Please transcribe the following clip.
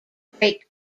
brake